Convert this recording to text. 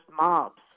mobs